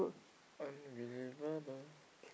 unbelievable